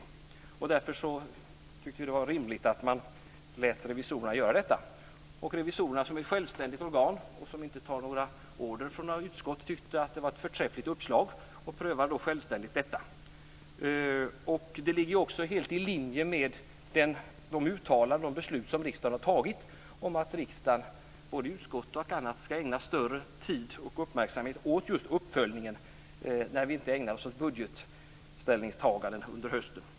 Vi tyckte därför att det var rimligt att låta revisorerna göra detta. Riksdagens revisorer är ett självständigt organ som inte tar order från några utskott, men man tyckte att det var ett förträffligt uppslag och gjorde en självständig prövning. Detta ligger helt i linje med de uttalanden och beslut som riksdagen har tagit om att riksdagen, både utskotten och andra organ, ska ägna större tid och uppmärksamhet just åt uppföljningen när man inte ägnar sig åt budgetställningstaganden under hösten.